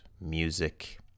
music